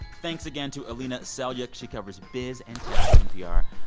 thanks again to alina selyukh. she covers biz and tech for npr.